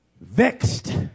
vexed